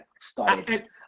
started